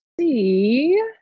see